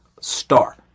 star